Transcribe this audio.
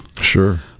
Sure